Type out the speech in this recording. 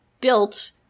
built